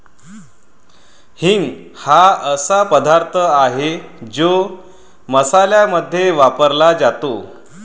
हिंग हा असा पदार्थ आहे जो मसाल्यांमध्ये वापरला जातो